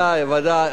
ודאי, ודאי.